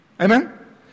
Amen